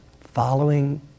following